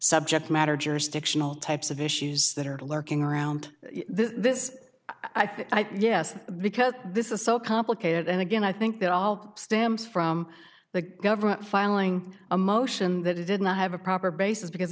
subject matter jurisdictional types of issues that are lurking around this i think yes because this is so complicated and again i think that all stems from the government filing a motion that it did not have a proper basis because